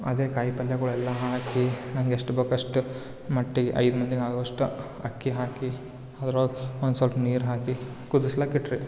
ಅದೇ ಕಾಯಿ ಪಲ್ಯಗಳೆಲ್ಲ ಹಾಕಿ ನಂಗೆ ಎಷ್ಟು ಬೇಕು ಅಷ್ಟು ಮಟ್ಟಿಗೆ ಐದು ಮಂದಿಗೆ ಆಗೋವಷ್ಟು ಅಕ್ಕಿ ಹಾಕಿ ಅದ್ರೊಳಗೆ ಒಂದು ಸ್ವಲ್ಪ್ ನೀರು ಹಾಕಿ ಕುದುಸ್ಲಿಕ್ ಇಟ್ರಿ